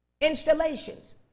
installations